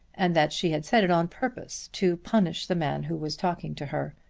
and that she had said it on purpose to punish the man who was talking to her.